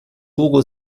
hugo